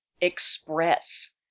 Express